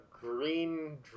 green